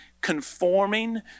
conforming